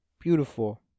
beautiful